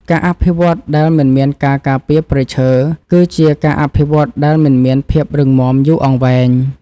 ការអភិវឌ្ឍដែលមិនមានការការពារព្រៃឈើ គឺជាការអភិវឌ្ឍដែលមិនមានភាពរឹងមាំយូរអង្វែង។